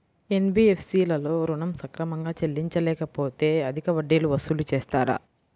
NBFC లలో ఋణం సక్రమంగా చెల్లించలేకపోతె అధిక వడ్డీలు వసూలు చేస్తారా?